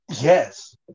Yes